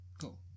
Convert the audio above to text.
Cool